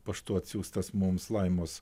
paštu atsiųstas mums laimos